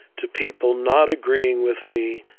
to people not agreeing with me,